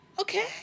Okay